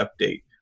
update